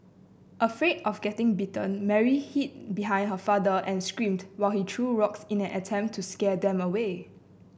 afraid of getting bitten Mary hid behind her father and screamed while he threw rocks in an attempt to scare them away